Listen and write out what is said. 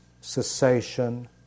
cessation